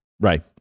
Right